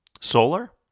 Solar